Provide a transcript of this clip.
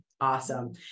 Awesome